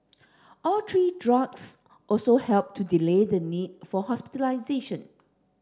all three drugs also helped to delay the need for hospitalisation